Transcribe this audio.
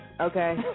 okay